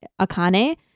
Akane